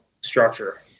structure